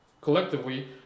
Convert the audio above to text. collectively